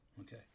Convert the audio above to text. okay